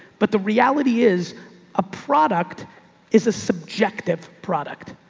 but the reality is a product is a subjective product.